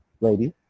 ladies